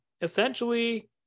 Essentially